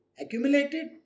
accumulated